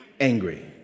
Angry